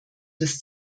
des